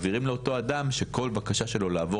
מעבירים לאותו אדם שכל בקשה שלו לעבור